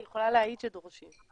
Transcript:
אני יכולה להעיד שדורשים.